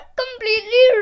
completely